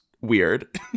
weird